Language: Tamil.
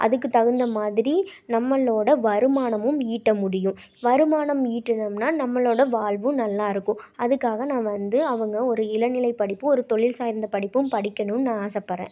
அதுக்கு தகுந்த மாதிரி நம்மளோட வருமானமும் ஈட்ட முடியும் வருமானம் ஈட்டணும்னால் நம்மளோட வாழ்வும் நல்லாயிருக்கும் அதுக்காக நான் வந்து அவங்க ஒரு இளநிலை படிப்பு ஒரு தொழில் சார்ந்த படிப்பும் படிக்கணுனு நான் ஆசைப்பறேன்